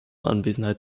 anwesenheit